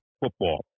football